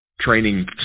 training